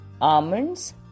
Almonds